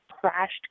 crashed